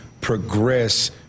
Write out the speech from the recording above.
progress